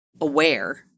aware